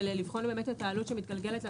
לבחון את העלות שמתגלגלת לצרכן.